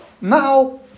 now